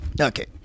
Okay